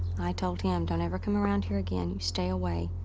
i told him, don't ever come around here again. you stay away.